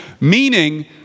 meaning